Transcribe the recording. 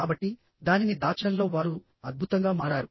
కాబట్టి దానిని దాచడంలో వారు అద్భుతంగా మారారు